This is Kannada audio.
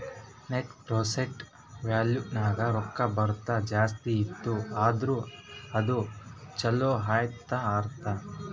ನೆಟ್ ಪ್ರೆಸೆಂಟ್ ವ್ಯಾಲೂ ನಾಗ್ ರೊಕ್ಕಾ ಬರದು ಜಾಸ್ತಿ ಇತ್ತು ಅಂದುರ್ ಅದು ಛಲೋ ಅಂತ್ ಅರ್ಥ